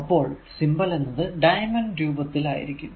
അപ്പോൾ സിംബൽ എന്നത് ഡൈമൻ രൂപത്തിൽ ആയിരിക്കും